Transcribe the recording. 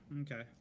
okay